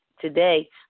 today